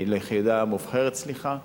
ליחידה מובחרת, סליחה,